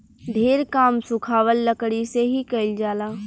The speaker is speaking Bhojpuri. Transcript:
ढेर काम सुखावल लकड़ी से ही कईल जाला